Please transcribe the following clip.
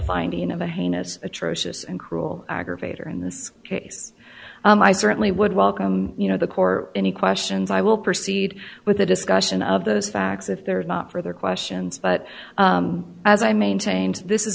finding of a heinous atrocious and cruel aggravator in this case i certainly would welcome you know the core any questions i will proceed with the discussion of those facts if there are not are there questions but as i maintained this is